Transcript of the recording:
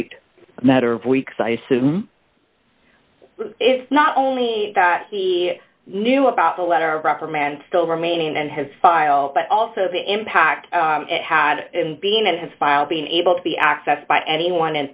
right a matter of weeks i assume it's not only that he knew about the letter of reprimand still remaining and his file but also the impact it had in being at his file being able to be accessed by anyone